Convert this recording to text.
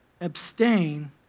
abstain